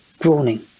Groaning